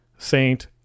saint